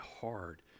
hard